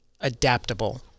adaptable